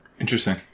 Interesting